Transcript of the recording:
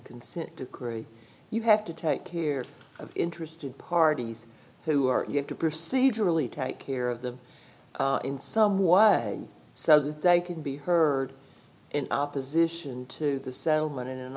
consent decree you have to take care of interested parties who are you have to proceed to really take care of them in some was so they can be heard in opposition to the settlement in